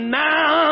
now